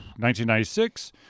1996